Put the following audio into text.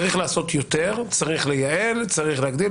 צריך לעשות יותר, צריך לייעל, צריך להגדיל.